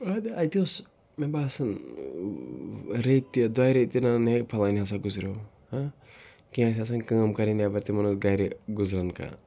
اَدٕ اَتہِ اوس مےٚ باسان ریٚتۍ تہِ دۄیہِ ریٚتۍ تہِ نَنان ہے پھَلٲنۍ ہَسا گُزریو ہہ کینٛہہ ٲسۍ آسان کٲم کَرٕنۍ نٮ۪بَر تِمَن اوس گَرِ گُزران کانٛہہ